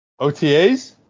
OTAs